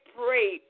pray